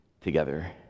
together